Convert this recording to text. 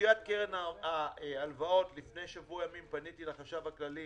סוגיית קרן ההלוואות לפני שבוע ימים פניתי לחשב הכללי